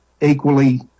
equally